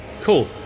cool